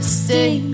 stay